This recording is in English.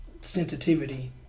sensitivity